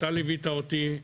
אתה ליווית אותי,